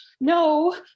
no